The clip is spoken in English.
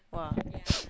!wah!